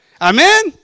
Amen